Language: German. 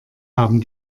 haben